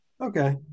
Okay